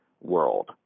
world